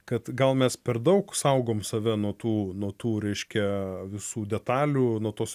kad gal mes per daug saugom save nuo tų nuo tų reiškia visų detalių nuo tos